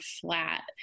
flat